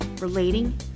relating